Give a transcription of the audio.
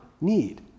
need